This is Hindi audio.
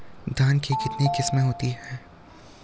धान की कितनी किस्में होती हैं?